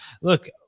look